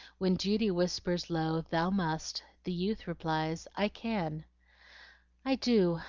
when duty whispers low, thou must the youth replies, i can i do!